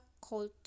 cold